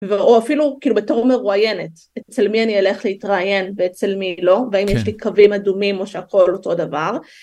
או אפילו, כאילו, בתור מרואיינת, אצל מי אני הולכת להתראיין ואצל מי לא, ואם יש לי קווים אדומים או שהכול אותו דבר.